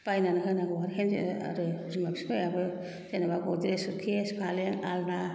बायनानै होनांगौ आरो बिमा बिफायाबो जेनोबा गद्रेस सखेस फालें आलना